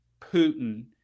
Putin